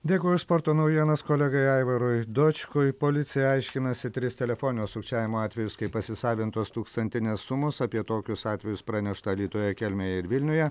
dėkoju už sporto naujienas kolegai aivarui dočkui policija aiškinasi tris telefoninio sukčiavimo atvejus kai pasisavintos tūkstantinės sumos apie tokius atvejus pranešta alytuje kelmėje ir vilniuje